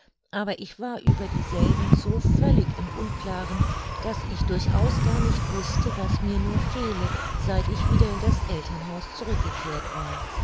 aber ich war über dieselben so völlig im unklaren daß ich durchaus gar nicht wußte was mir nur fehle seit ich wieder in das elternhaus zurückgekehrt war